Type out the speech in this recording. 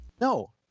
No